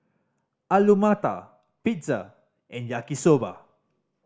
Alu Matar Pizza and Yaki Soba